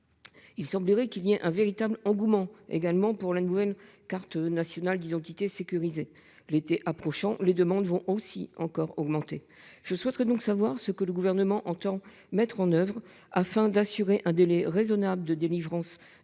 Il semblerait qu'il y ait un véritable engouement également pour la nouvelle carte nationale d'identité sécurisée. L'été approchant les demandes vont aussi encore augmenter. Je souhaiterais donc savoir ce que le gouvernement entend mettre en oeuvre afin d'assurer un délai raisonnable de délivrance de titres